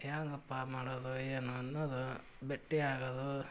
ಹ್ಯಾಂಗಪ್ಪ ಮಾಡೋದು ಏನು ಅನ್ನೋದು ಭೆಟ್ಟಿ ಆಗೋದು